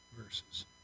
verses